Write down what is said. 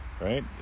right